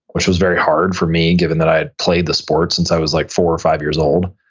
which was very hard for me given that i had played the sport since i was like four or five years old.